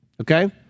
okay